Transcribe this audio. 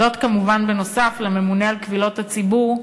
זאת כמובן נוסף על ממונה על קבילות הציבור,